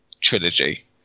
trilogy